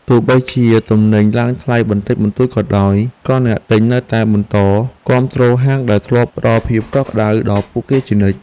ទោះបីជាទំនិញឡើងថ្លៃបន្តិចបន្តួចក៏ដោយ ក៏អ្នកទិញនៅតែបន្តគាំទ្រហាងដែលធ្លាប់ផ្ដល់ភាពកក់ក្តៅដល់ពួកគេជានិច្ច។